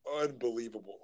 unbelievable